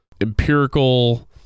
empirical